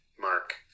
Mark